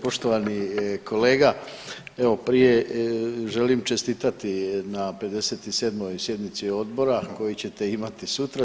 Poštovani kolega, evo prije želim čestitati na 57. sjednici Odbora koji ćete imati sutra.